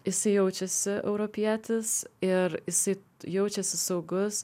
jisai jaučiasi europietis ir jisai jaučiasi saugus